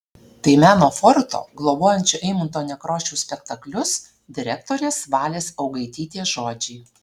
tai meno forto globojančio eimunto nekrošiaus spektaklius direktorės valės augaitytės žodžiai